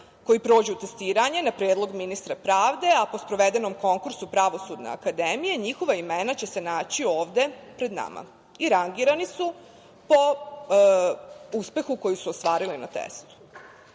koji prođu testiranje, na predlog ministra pravde, a po sprovedenom konkursu Pravosudne akademije, njihova imena će se naći ovde pred nama. Rangirani su po uspehu koji su ostvarili na testu.